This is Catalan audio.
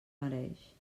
mereix